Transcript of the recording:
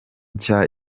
nshya